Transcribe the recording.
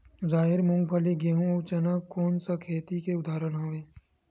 राहेर, मूंगफली, गेहूं, अउ चना कोन सा खेती के उदाहरण आवे?